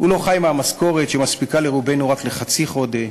הוא לא חי מהמשכורת שמספיקה לרובנו רק לחצי חודש,